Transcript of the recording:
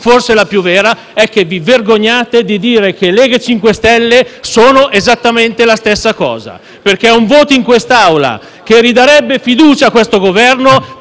forse la più vera - è che vi vergognate di dire che Lega e MoVimento 5 Stelle sono esattamente la stessa cosa perché un voto in quest'Aula che ridarebbe fiducia a questo Governo